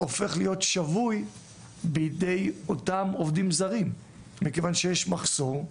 הופך להיות שבוי בידי אותם עובדים זרים מכיוון שיש מחסור,